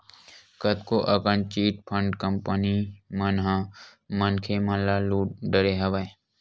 कतको अकन chit fund company मन ह मनखे मन ल लुट डरे हवय